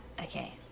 okay